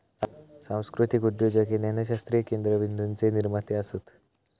सांस्कृतीक उद्योजक हे ज्ञानशास्त्रीय केंद्रबिंदूचे निर्माते असत